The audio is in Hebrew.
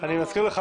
אני מזכיר לך,